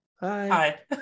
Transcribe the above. hi